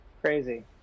Crazy